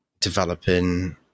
developing